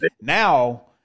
now